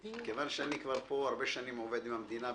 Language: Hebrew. מכיוון שאני כבר פה הרבה שנים עובד עם המדינה,